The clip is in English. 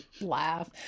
laugh